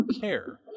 care